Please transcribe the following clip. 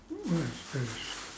mm I suppose